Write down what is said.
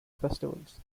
festivals